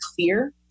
clear